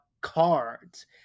cards